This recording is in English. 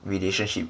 relationship